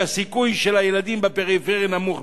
כי הסיכוי של הילדים בפריפריה נמוך.